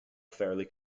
fairly